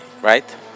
right